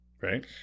Right